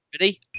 Ready